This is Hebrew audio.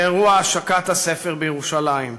באירוע השקת הספר בירושלים.